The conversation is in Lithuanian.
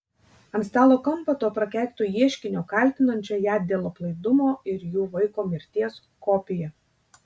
ant stalo kampo to prakeikto ieškinio kaltinančio ją dėl aplaidumo ir jų vaiko mirties kopija